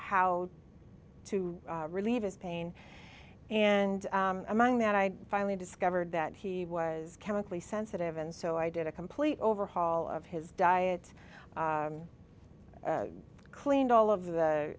how to relieve his pain and among that i finally discovered that he was chemically sensitive and so i did a complete overhaul of his diet cleaned all of the